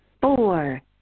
four